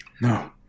No